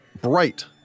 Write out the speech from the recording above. bright